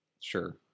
Sure